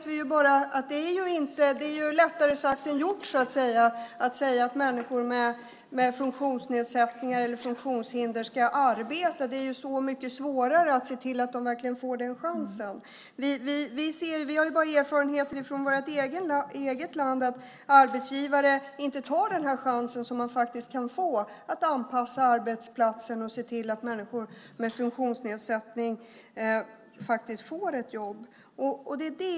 Vi vet att det är lättare sagt än gjort att säga att människor med funktionsnedsättningar eller funktionshinder ska arbeta. Det är så mycket svårare att se till att de verkligen får den chansen. Vi har bara erfarenheter från vårt eget land, och där tar inte arbetsgivare den chans som de kan få att anpassa arbetsplatsen och se till att människor med funktionsnedsättning får ett jobb.